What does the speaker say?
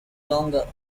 longer